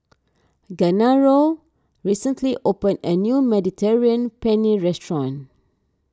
Genaro recently opened a new Mediterranean Penne restaurant